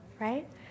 right